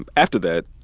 after that,